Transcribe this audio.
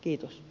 kiitos